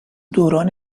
دوران